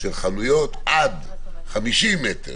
שבחנויות עד 50 מ"ר,